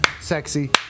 sexy